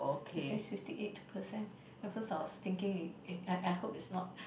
it says fifty eight percent at first I was thinking I I hope it's not